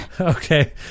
Okay